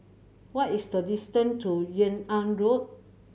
what is the distance to Yung An Road